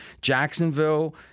Jacksonville